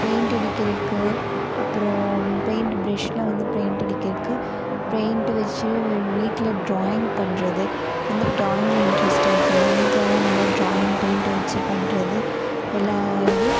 paint அடிக்கிறதுக்கு அப்பறம் paint பிரெஷ்ஷில் வந்து பெயிண்ட் அடிக்கிறதுக்கு பெயிண்ட்டு வெச்சு வி வீட்டில் டிராயிங் பண்றது அந்த டிராயிங்கில் இன்ட்ரெஸ்ட்டாக இருக்கேன்ல வீட்டிலலாம் நல்லா டிராயிங் பெயிண்ட்டை வெச்சு பண்றது எல்லா இதுவும்